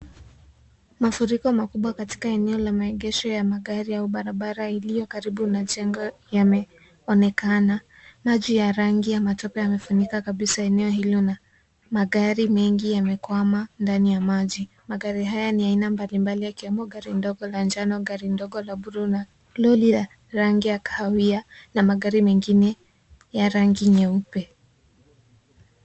Mafuriko makubwa katika eneo la maegesho ya magari au barabara iliyo karibu na chengo yameonekana. Maji ya rangi ya matope yamefunika kabisa eneo hilo. Na magari mengi yamekwama ndani ya maji. Magari haya ni aina mbalimbali yakiwemo gari ndogo la njano, gari ndogo la bluu na lori ya rangi ya kahawia na magari mengine ya rangi nyeupe.